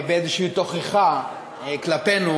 באיזושהי תוכחה כלפינו,